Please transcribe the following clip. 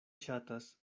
ŝatas